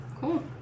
Cool